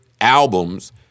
albums